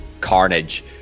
carnage